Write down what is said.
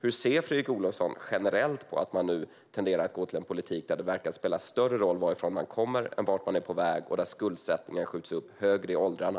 Hur ser Fredrik Olovsson generellt på att ni nu tenderar att övergå till en politik där det verkar spela större roll varifrån man kommer än vart man är på väg och där skuldsättningen skjuts upp högre i åldrarna?